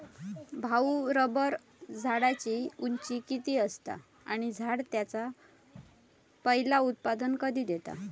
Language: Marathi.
भाऊ, रबर झाडाची उंची किती असता? आणि झाड त्याचा पयला उत्पादन कधी देता?